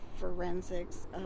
forensics